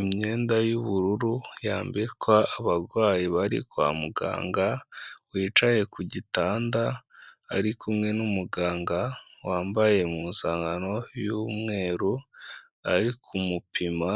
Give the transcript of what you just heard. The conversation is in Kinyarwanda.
imyenda y'ubururu yambikwa abarwayi bari kwa muganga wicaye ku gitanda ariku n'umuganga wambaye impuzankano y'umweru ari kumupima.